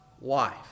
wife